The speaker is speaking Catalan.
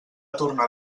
tornar